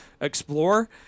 explore